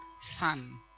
son